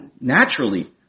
naturally